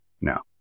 now